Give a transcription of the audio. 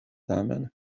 tamen